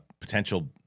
potential